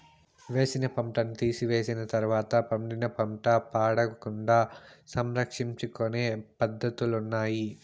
వేసిన పంటను తీసివేసిన తర్వాత పండిన పంట పాడవకుండా సంరక్షించుకొనే పద్ధతులున్నాయి